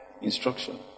Instruction